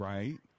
Right